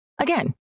Again